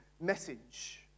message